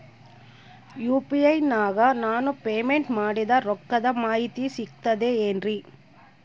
UPI ನಾಗ ನಾನು payment ಮಾಡಿದ ರೊಕ್ಕದ ಮಾಹಿತಿ ಸಿಕ್ತದೆ ಏನ್ರಿ?